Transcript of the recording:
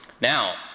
Now